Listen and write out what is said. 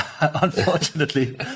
unfortunately